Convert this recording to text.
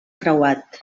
creuat